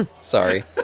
Sorry